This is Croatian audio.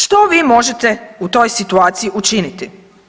Što vi možete u toj situaciji učiniti?